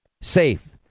safe